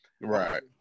Right